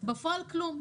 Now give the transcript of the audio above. בפועל כלום.